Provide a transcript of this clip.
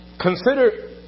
consider